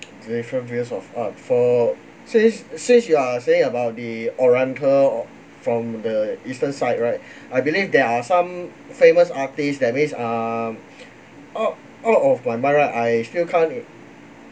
different views of art for since since you are saying about the oriental from the eastern side right I believe there are some famous artists that means um out out of my mind right, I still can't